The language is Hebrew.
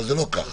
אבל זה לא כך.